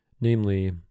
namely